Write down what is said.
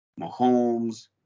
Mahomes